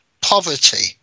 poverty